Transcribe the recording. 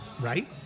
right